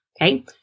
okay